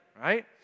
right